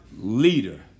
leader